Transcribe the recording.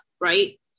Right